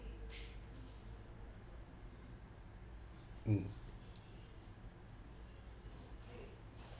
mm